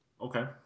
okay